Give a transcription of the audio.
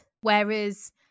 Whereas